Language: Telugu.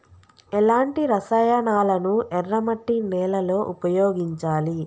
ఎలాంటి రసాయనాలను ఎర్ర మట్టి నేల లో ఉపయోగించాలి?